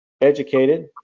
educated